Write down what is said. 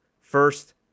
first